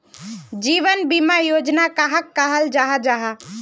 जीवन बीमा योजना कहाक कहाल जाहा जाहा?